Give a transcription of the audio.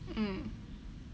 mm